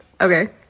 Okay